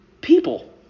people